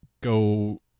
go